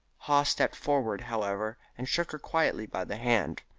maw stepped forward, however, and shook her quietly by the hand,